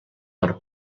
per